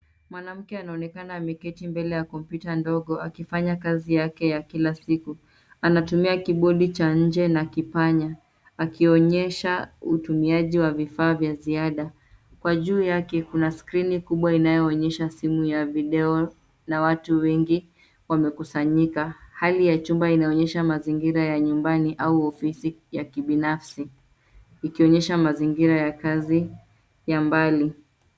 Mwanamke anaonekana ameketi mbele ya kompyuta ndogo akifanya kazi yake ya kila siku. Anatumia kibodi cha nje na kipanya, akionyesha utumiaji wa vifaa vya ziada. Kwa juu yake, kuna skrini kubwa inayoonyesha simu ya video, na watu wengi, wamekusanyika. Hali ya chumba inaonyesha mazingira ya nyumbani, au ofisi ya kibinafsi, ikionyesha mazingira ya kazi ya mbali.